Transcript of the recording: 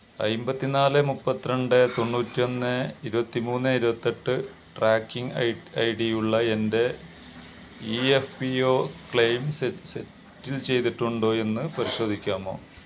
അമ്പത്തിനാല് മുപ്പത്തിരണ്ട് തൊണ്ണൂറ്റൊന്ന് ഇരുപത്തിമൂന്ന് ഇരുപത്തെട്ട് ട്രാക്കിംഗ് ഐ ടി യുള്ള എന്റെ E F P O claim settle ചെയ്തിട്ടുണ്ടോ എന്ന് പരിശോധിക്കാമോ